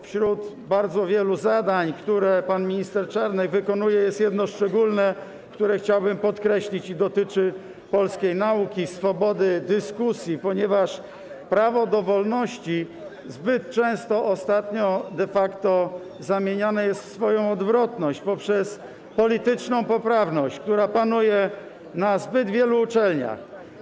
Wśród bardzo wielu zadań, które pan minister Czarnek wykonuje, jest jedno szczególne, które chciałbym podkreślić, a które dotyczy polskiej nauki i swobody dyskusji, ponieważ prawo dowolności zbyt często ostatnio de facto zamieniane jest w swoją odwrotność, poprzez polityczną poprawność, która panuje na zbyt wielu uczelniach.